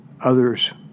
others